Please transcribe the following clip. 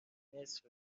نصف